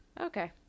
okay